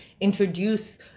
introduce